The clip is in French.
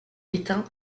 éteint